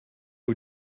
who